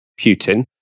Putin